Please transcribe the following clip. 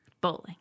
bowling